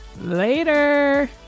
Later